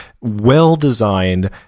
well-designed